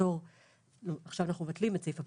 הפטור - עכשיו אנחנו מבטלים את סעיף הפטור,